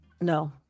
No